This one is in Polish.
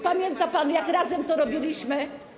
Pamięta pan jak razem to robiliśmy.